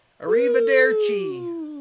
Arrivederci